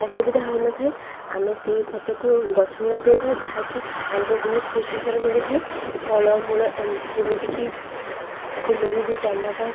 ଅସୁବିଧା ହୋଇନଥାଏ ଆମେ ସେଇ ଖତକୁ ଗଛ ମୂଳ ଦେଇଥାଉ ଯାହାକି ଆମକୁ ବହୁତ ପୃଷ୍ଟିସାର ମିଳିଥାଏ ଫଳମୂଳ ଯେମିତିକି ଫୁଲକୋବି ଟମାଟୋ